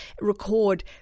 record